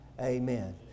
Amen